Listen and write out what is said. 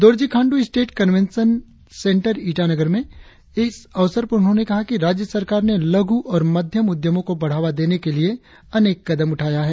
Dorjee Khandu state convention Itanagar में इस अवसर पर उन्होंने कहा कि राज्य सरकार ने लघु और मध्यम उद्यमो को बढ़ावा देने के लिए अनेक कदम उठाया है